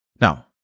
Now